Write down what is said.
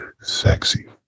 sexy